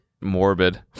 morbid